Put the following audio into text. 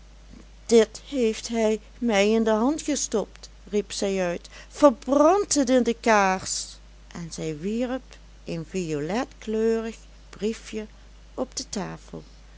dit heeft hij mij in de hand gestopt riep zij uit verbrand het in de kaars en zij wierp een violetkleurig briefjen op de tafel